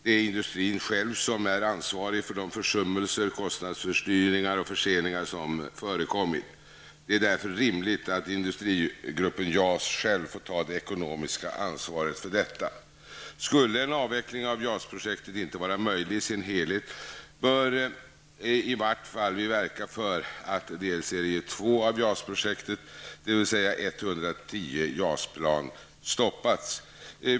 Det är industrin som är ansvarig för de försummelser, kostnadsfördyringar och förseningar som förekommit. Det är därför rimligt att Industrigruppen JAS själv får ta det ekonomiska ansvaret för detta. Skulle en avveckling av JAS projektet inte vara möjlig i sin helhet, bör i vart fall vi verka för att delserie 2 av JAS-projektet, dvs. 110 JAS-flygplan, stoppas.